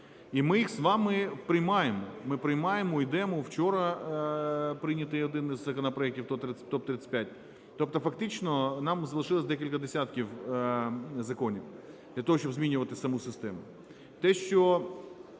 І ми їх з вами приймаємо, ми приймаємо, йдемо. Вчора прийнятий один із законопроектів топ-35. Тобто фактично нам залишилось декілька десятків законів для того, щоб змінювати саму систему.